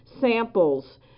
samples